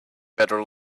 better